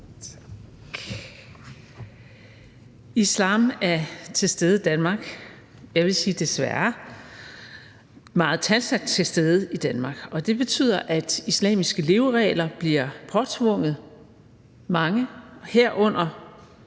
Islam er til stede i Danmark, og jeg vil sige desværre meget talstærkt til stede i Danmark, og det betyder, at islamiske leveregler bliver påtvunget mange, herunder